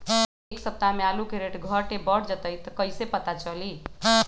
एक सप्ताह मे आलू के रेट घट ये बढ़ जतई त कईसे पता चली?